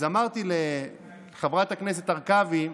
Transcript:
אז אמרתי לחברת הכנסת הרכבי: